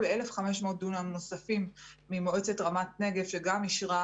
ל-1,500 דונם נוספים ממועצת רמת נגב שם אישרה,